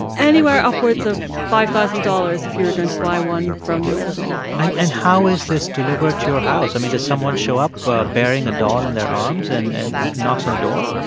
anywhere upwards upwards of five thousand dollars if you were going to buy one from realdoll and and how is this delivered to your house? i mean, does someone show up ah bearing a doll in their arms and and knocks on the door?